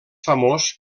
famós